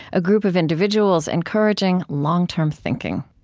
a group of individuals encouraging long-term thinking